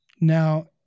Now